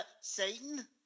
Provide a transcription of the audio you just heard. Satan